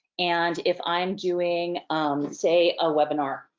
and if i'm doing say a webinar,